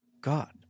God